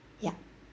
ya